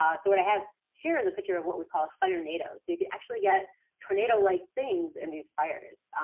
ah so what i have here is a picture of what we call firenadoes. so you could actually get tornado like things in these fires.